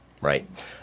right